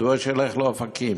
מדוע שילך לאופקים?